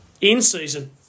in-season